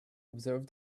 observed